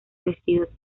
vestidos